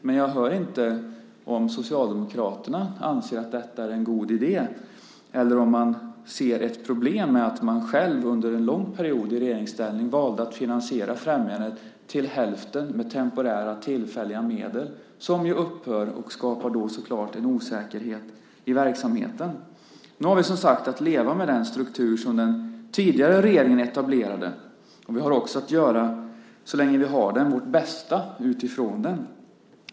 Men jag hör inte om Socialdemokraterna anser att detta är en god idé, eller om man ser ett problem med att man själv under en lång period i regeringsställning valde att finansiera främjandet till hälften med temporära, tillfälliga medel, som ju upphör och då så klart skapar en osäkerhet i verksamheten. Nu har vi, som sagt, att leva med den struktur som den tidigare regeringen etablerade. Vi har också, så länge vi har den, att göra vårt bästa utifrån den.